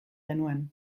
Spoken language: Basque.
genuen